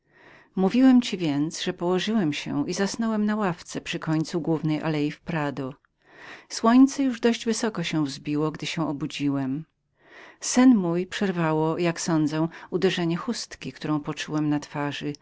mówiłem ci więc ze położyłem się i zasnąłem na ławce przy końcu głównej alei w prado słońce już wysoko się wzbiło gdy obudziłem się i jak sądzę sen mój przerwało uderzenie chustki którą poczułem na twarzy